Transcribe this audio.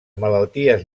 malalties